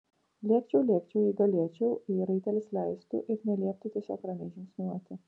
lėkčiau lėkčiau jei galėčiau jei raitelis leistų ir nelieptų tiesiog ramiai žingsniuoti